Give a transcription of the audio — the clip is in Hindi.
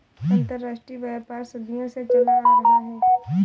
अंतरराष्ट्रीय व्यापार सदियों से चला आ रहा है